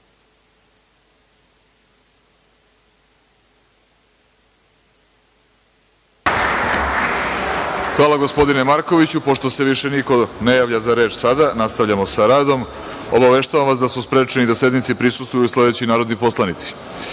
Hvala, gospodine Markoviću. Pošto se biše ne javlja za reč sada, nastavljamo sa radom. Obaveštavam vas da su sprečeni da sednici prisustvuju sledeći narodni poslanici: